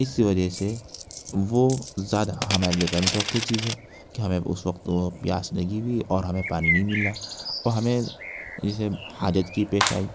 اس وجہ سے وہ زیادہ ہمارے لیے غیرمتوقع چیز ہے کہ ہمیں اس وقت تو وہ پیاس لگی ہوئی ہے اور ہمیں پانی نہیں مل رہا او ہمیں اس حاجت کی پیش آئی